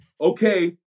okay